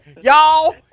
y'all